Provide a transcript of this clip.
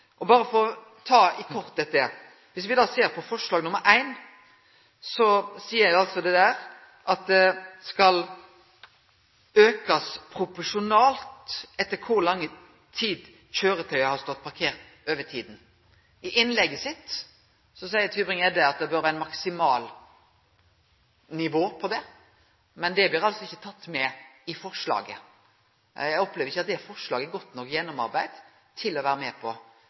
forslag nr. 1, står det der at bota skal aukast proporsjonalt etter kor lang tid kjøretøyet har stått parkert over tida. I innlegget sitt seier Tybring-Gjedde at det bør vere eit maksimalnivå på det, men dét blir altså ikkje teke med i forslaget. Eg opplever ikkje at dette forslaget er godt nok gjennomarbeidd til å vere med på.